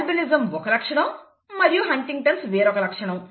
albinism ఒక లక్షణం మరియు హంటింగ్టన్'స్ వేరొక లక్షణం